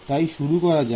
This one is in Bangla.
তাই শুরু করা যাক